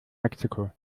mexiko